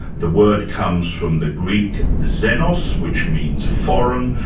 the word comes from the greek xenos, which means foreign,